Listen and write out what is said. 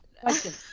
question